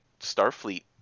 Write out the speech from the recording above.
Starfleet